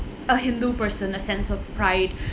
a hindu person a sense of pride